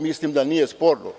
Mislim da to nije sporno.